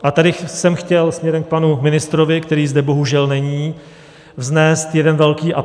A tady jsem chtěl směrem k panu ministrovi, který zde bohužel není, vznést jeden velký apel.